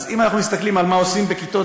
אז אם אנחנו מסתכלים על מה עושים בכיתות